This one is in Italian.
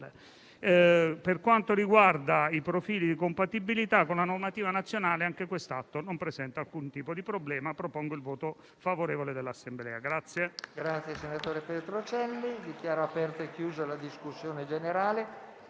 Per quanto riguarda i profili di compatibilità con la normativa nazionale, anche quest'atto non presenta alcun tipo di problema. Propongo pertanto il voto favorevole dell'Assemblea.